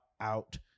out